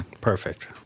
perfect